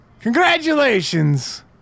Congratulations